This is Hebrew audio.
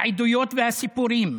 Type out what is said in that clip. העדויות והסיפורים,